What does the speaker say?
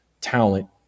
talent